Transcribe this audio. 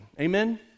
amen